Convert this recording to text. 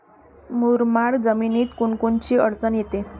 मुरमाड जमीनीत कोनकोनची अडचन येते?